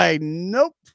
nope